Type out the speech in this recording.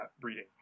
breeding